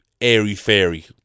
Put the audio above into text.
airy-fairy